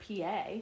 pa